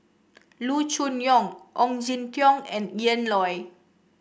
Loo Choon Yong Ong Jin Teong and Ian Loy